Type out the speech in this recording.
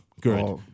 Good